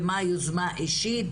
ומה יוזמה אישית,